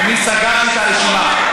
אני סגרתי את הרשימה.